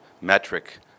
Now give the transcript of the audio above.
metric